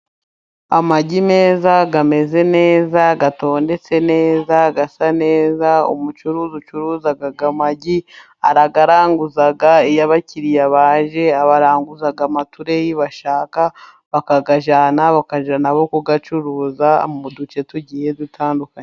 Amagi meza ameze neza, atotondetse neza, asa neza, umucuruzi ucuruzaga amagi arayaraguza. Iyo abakiriya baje abaranguza amatereyi bashaka bakayajyana, bakajya na bo kugacuruza mu duce tugiye dutandukanye.